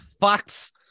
facts